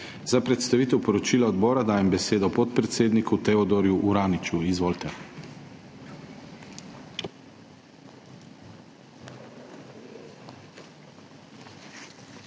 Za predstavitev poročila odbora dajem besedo podpredsedniku Teodorju Uraniču. Izvolite.